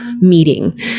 meeting